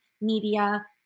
media